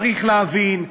צריך להבין: